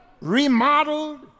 remodeled